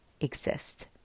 exist